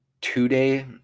two-day